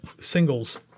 singles